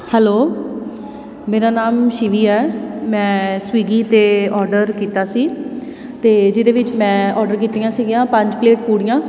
hello ਮੇਰਾ ਨਾਮ ਸ਼ਿਵੀ ਹੈ ਮੈਂ ਸਵੀਗੀ 'ਤੇ ਔਡਰ ਕੀਤਾ ਸੀ ਅਤੇ ਜਿਹਦੇ ਵਿੱਚ ਮੈਂ ਔਡਰ ਕੀਤੀਆਂ ਸੀਗੀਆਂ ਪੰਜ ਪਲੇਟ ਪੂੜੀਆਂ